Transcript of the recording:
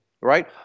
Right